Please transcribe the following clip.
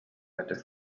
этэ